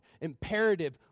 imperative